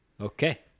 Okay